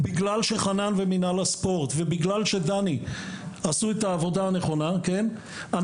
בגלל שחנן ומינהל הספורט ודני עשו את העבודה הנכונה אנחנו